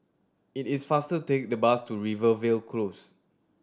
it is faster to take the bus to Rivervale Close